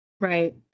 Right